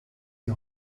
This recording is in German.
die